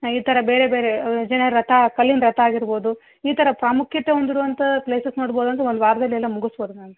ಈ ಥರ ಬೇರೆ ಬೇರೆ ವಿಜಯನಗರ ರಥ ಕಲ್ಲಿನ ರಥ ಆಗಿರ್ಬೋದು ಈ ಥರ ಪ್ರಾಮುಖ್ಯತೆ ಹೊಂದಿರುವಂಥ ಪ್ಲೇಸಸ್ ನೋಡ್ಬೋದು ಅಂದ್ರೆ ಒಂದು ವಾರದಲ್ಲಿ ಎಲ್ಲ ಮುಗಿಸ್ಬೋದು ಮ್ಯಾಮ್